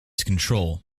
control